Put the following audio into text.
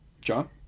John